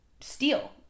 steal